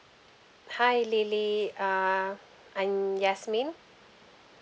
hi lily uh I'm yasmin